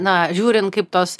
na žiūrint kaip tos